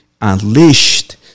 unleashed